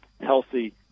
healthy